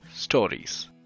Stories